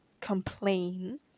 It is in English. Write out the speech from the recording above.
complain